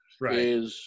right